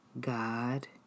God